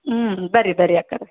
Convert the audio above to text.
ಹ್ಞೂ ಬನ್ರಿ ಬನ್ರಿ ಅಕ್ಕಾವ್ರೆ